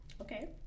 Okay